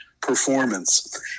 performance